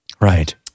Right